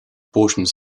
portions